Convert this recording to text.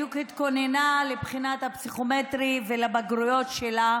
בדיוק התכוננה לבחינה הפסיכומטרית ולבגרויות שלה,